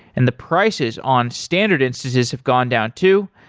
and the prices on standard instances have gone down too.